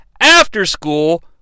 After-school